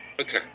Okay